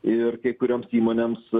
ir kai kurioms įmonėms